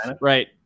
right